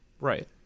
right